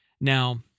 Now